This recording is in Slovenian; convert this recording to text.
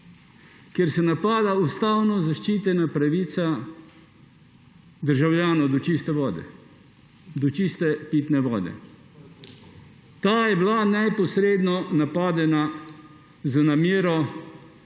kjer se napada ustavno zaščitena pravica državljanov do čiste vode, do čiste pitne vode. Ta je bila neposredno napadena z namero,